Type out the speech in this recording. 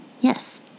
Yes